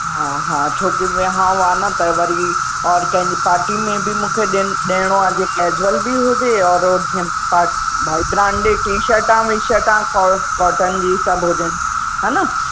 हा हा छो कि विहांव आहे न त वरी और कंहिंजी पार्टी में बि मूंखे ॾि ॾियणो आहे जीअं कैज़ुअल बि हुजे और जीअं पा भई ब्रांडिड टी शर्टां विशर्टां बि कॉटन जी सभु हुजनि है न